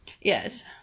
Yes